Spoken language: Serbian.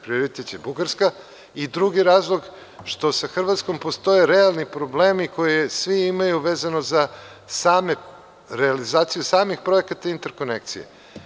Prioritet je Bugarska i drugi razlog što sa Hrvatskom postoje realni problemi koje svi imaju vezano za realizaciju samih projekata interkonekcije.